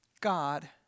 God